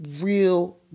real